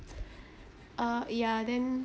uh ya then